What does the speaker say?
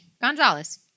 Gonzalez